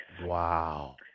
Wow